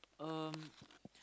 um